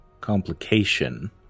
complication